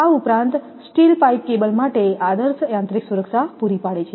આ ઉપરાંત steel pipe cable માટે આદર્શ યાંત્રિક સુરક્ષા પૂરી પાડે છે